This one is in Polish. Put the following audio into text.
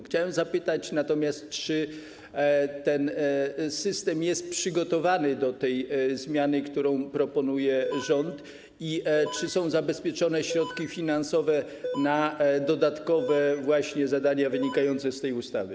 Chciałem zapytać natomiast, czy system jest przygotowany do zmiany, którą proponuje rząd, i czy są zabezpieczone środki finansowe na dodatkowe zadania wynikające z tej ustawy.